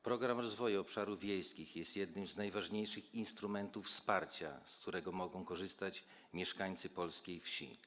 Program Rozwoju Obszarów Wiejskich jest jednym z najważniejszych instrumentów wsparcia, z którego mają korzystać mieszkańcy polskiej wsi.